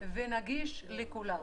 ונגיש לכולם.